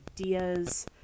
ideas